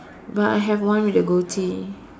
but I have one with the goatee